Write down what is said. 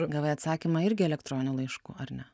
gavai atsakymą irgi elektroniniu laišku ar ne